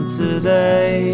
today